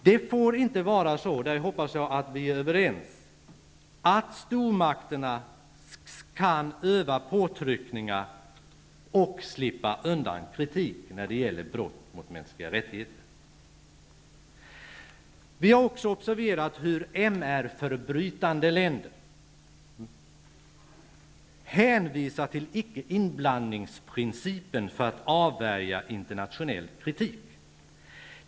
Jag hoppas att vi är överens om att det inte får vara så, att stormakterna kan öva påtryckningar och på så sätt slippa undan kritik när det gäller brott mot mänskliga rättigheter. Vi har också observerat hur MR-förbrytande länder hänvisar till icke-inblandningsprincipen för att avvärja internationell kritik.